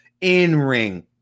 in-ring